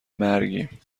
مرگیم